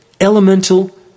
elemental